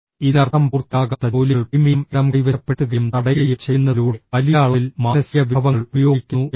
ഇതിനർത്ഥം പൂർത്തിയാകാത്ത ജോലികൾ പ്രീമിയം ഇടം കൈവശപ്പെടുത്തുകയും തടയുകയും ചെയ്യുന്നതിലൂടെ വലിയ അളവിൽ മാനസിക വിഭവങ്ങൾ ഉപയോഗിക്കുന്നു എന്നാണ്